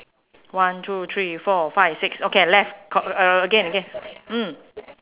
one two three four five six okay left co~ again again mm